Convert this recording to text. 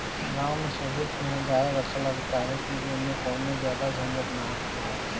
गांव में सभे किहा गाय रखाला काहे कि ऐमें कवनो ज्यादे झंझट ना हखेला